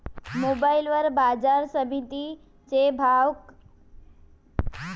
Mobile वर बाजारसमिती चे भाव कशे माईत होईन?